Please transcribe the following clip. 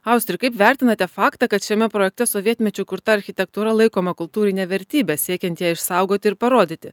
austri kaip vertinate faktą kad šiame projekte sovietmečiu kurta architektūra laikoma kultūrine vertybe siekiant ją išsaugoti ir parodyti